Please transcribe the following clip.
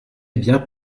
bien